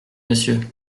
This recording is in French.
monsieur